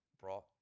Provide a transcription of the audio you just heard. brought